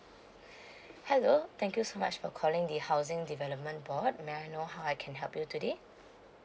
hello thank you so much for calling the housing development board may I know how I can help you today